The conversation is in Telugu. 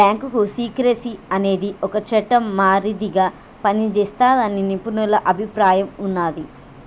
బ్యాంకు సీక్రెసీ అనేది ఒక చట్టం మాదిరిగా పనిజేస్తాదని నిపుణుల అభిప్రాయం ఉన్నాది